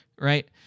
right